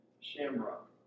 Shamrock